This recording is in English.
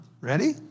Ready